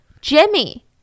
Jimmy